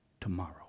tomorrow